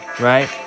Right